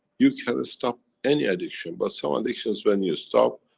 you can stop any addiction, but some addictions when you stop,